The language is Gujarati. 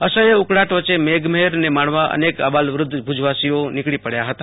અસહય ઉકળાટ વચ્ચ મેઘમહેરને માણવા અનેક અબાલ વધ્ધ ભુજવાસીઓ નીકળી પડયા હતા